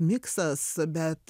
miksas bet